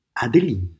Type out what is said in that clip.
Adeline